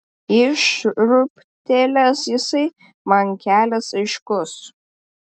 jei šiurptelės jisai man kelias aiškus